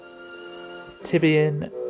Tibian